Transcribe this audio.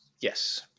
yes